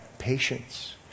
Patience